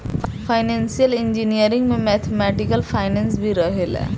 financial engineering में mathematical finance भी रहेला